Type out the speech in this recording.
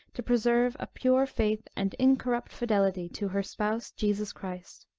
to preserve a pure faith, and incorrupt fidelity to her spouse, jesus christ.